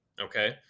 Okay